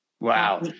Wow